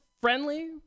friendly